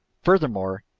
furthermore,